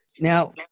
Now